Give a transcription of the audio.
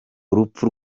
urupfu